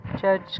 Judge